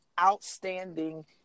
outstanding